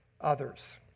others